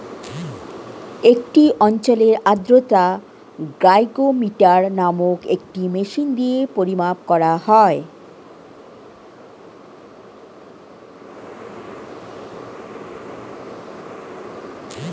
একটি অঞ্চলের আর্দ্রতা হাইগ্রোমিটার নামক একটি মেশিন দিয়ে পরিমাপ করা হয়